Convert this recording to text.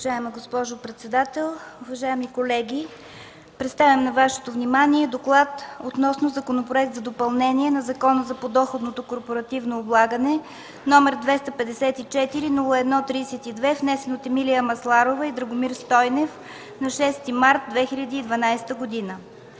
Уважаема госпожо председател, уважаеми колеги! Представям на Вашето внимание: „ДОКЛАД относно Законопроект за допълнение на Закона за корпоративното подоходно облагане, № 254-01-32, внесен от Емилия Масларова и Драгомир Стойнев на 6 март 2012 г.